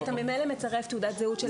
ואתה ממילא מצרף תעודת זהות של ההורה.